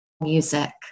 Music